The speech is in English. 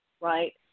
right